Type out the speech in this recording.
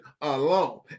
alone